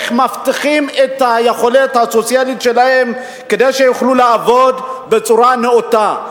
איך מבטיחים את היכולת הסוציאלית שלהם כדי שיוכלו לעבוד בצורה נאותה.